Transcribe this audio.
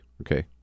okay